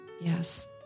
Yes